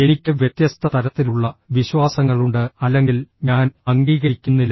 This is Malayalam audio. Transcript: എനിക്ക് വ്യത്യസ്ത തരത്തിലുള്ള വിശ്വാസങ്ങളുണ്ട് അല്ലെങ്കിൽ ഞാൻ അംഗീകരിക്കുന്നില്ല